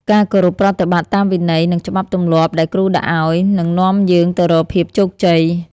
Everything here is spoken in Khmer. ការគោរពប្រតិបត្តិតាមវិន័យ និងច្បាប់ទម្លាប់ដែលគ្រូដាក់ឱ្យ នឹងនាំយើងទៅរកភាពជោគជ័យ។